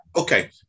okay